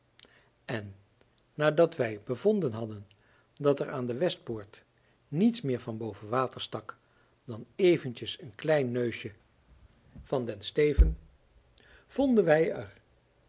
en nadat wij bevonden hadden dat er aan de westpoort niets meer van boven water stak dan eventjes een klein neusje van den steven vonden wij er